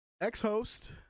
ex-host